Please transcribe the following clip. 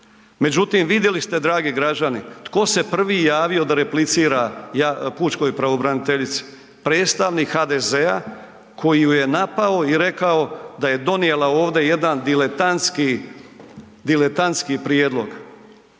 Međutim, vidjeli ste dragi građani tko se prvi javio da replicira pučkoj pravobraniteljici. Predstavnik HDZ koji ju je napao i rekao da je donijela ovdje jedan diletantski,